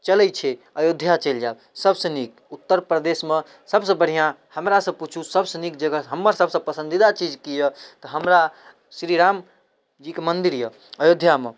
चलै छै अयोध्या चलि जायब सबसँ नीक उत्तर प्रदेशमे सबसँ बढ़िआँ हमरासँ पुछु सबसँ नीक जगह हम्मर सबसँ पसन्दीदा चीज की यऽ तऽ हमरा श्री राम जीके मन्दिर यऽ अयोध्यामे